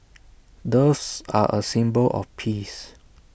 doves are A symbol of peace